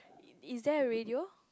is is there a radio